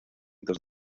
dos